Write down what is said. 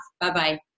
Bye-bye